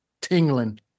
tingling